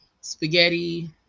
spaghetti